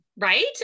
Right